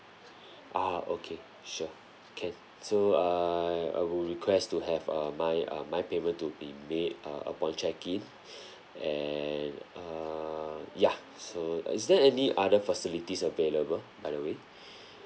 ah okay sure can so err I would request to have uh my uh my payment to be made uh upon check in and err ya so is there any other facilities available by the way